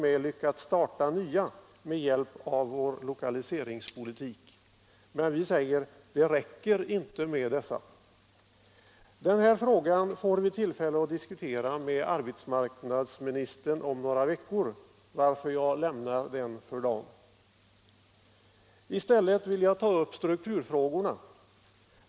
m. lyckats starta nya med hjälp av vår lokaliseringspolitik. Men vi säger: Det räcker inte med dessa. Den här frågan får vi tillfälle att diskutera med arbetsmarknadsministern om några veckor, varför jag lämnar den för dagen. I stället vill jag ta upp strukturfrågorna.